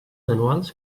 anuals